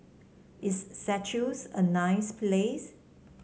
is Seychelles a nice place